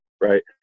right